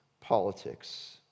politics